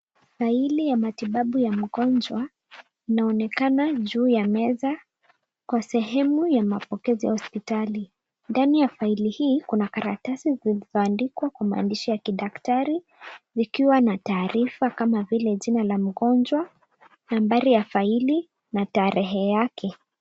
Faili ya matibabu ya mgonjwa inaonekana juu ya meza kwa sehemu ya mapokezi ya hospitali. Ndani ya faili hii, kuna karatasi zilizoandikwa kwa maandishi ya kidaktari nikiwa na taarifa kama vile jina la mgonjwa, nambari ya faili na tarehe yake.